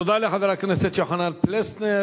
תודה לחבר הכנסת יוחנן פלסנר.